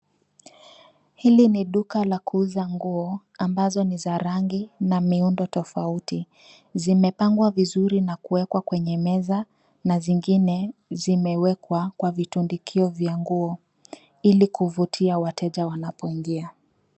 Hili ni duka la kuuza nguo, ambazo ni za rangi na miundo tofauti. zimepangwa vizuri na kuekwa kwenye meza na zingine zimewekwa kwa vitundikio vya nguo ili kuvutia wateja wanapoingia.